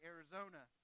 Arizona